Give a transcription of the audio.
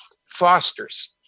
fosters